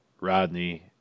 Rodney